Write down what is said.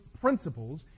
principles